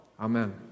Amen